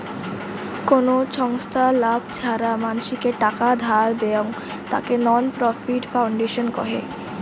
কোন ছংস্থা লাভ ছাড়া মানসিকে টাকা ধার দেয়ং, তাকে নন প্রফিট ফাউন্ডেশন কহে